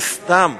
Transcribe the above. וסתם,